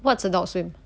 what's adults swim